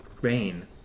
Rain